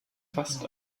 fast